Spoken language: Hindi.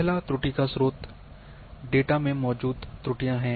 पहला त्रुटि का स्रोत में डेटा में मौजूद त्रुटियां हैं